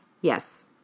Yes